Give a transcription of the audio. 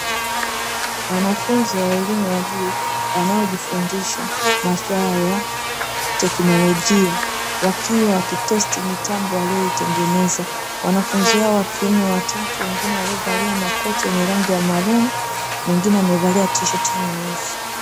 Wanafunzi wa elimu ya juu, wanaojifundisha maswala ya tekinolojia, wakiwa wakitesti mitambo waliyoitengeneza, wanafunzi hao wa kiume watatu, wengine waliovalia makoti ya rangi ya maruni, mwingine amevalia tisheti nyeusi.